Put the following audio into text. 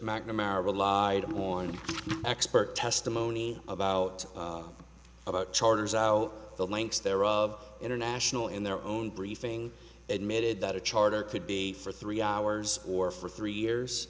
mcnamara relied on expert testimony about about charters out the links there of international in their own briefing admitted that a charter could be for three hours or for three years